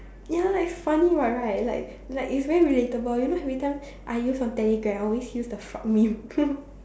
ya it's funny [what] right like like it's very relatable you know every time I use on telegram I always use the frog meme